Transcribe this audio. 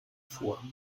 vor